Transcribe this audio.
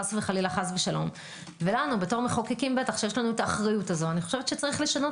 לנו בתור מחוקקים שיש לנו את האחריות הזו יש לשנות